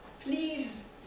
please